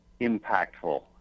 impactful